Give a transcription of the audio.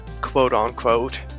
quote-unquote